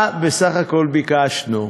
מה בסך הכול ביקשנו?